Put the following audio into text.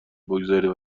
بگذارید